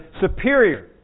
superior